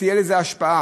תהיה לזה השפעה.